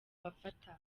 bafata